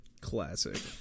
Classic